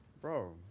bro